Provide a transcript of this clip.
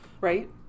Right